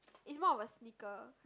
is more of a sneaker kind